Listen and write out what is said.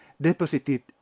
deposited